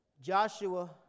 Joshua